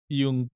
yung